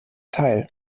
teil